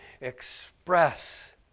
express